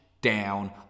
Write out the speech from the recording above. down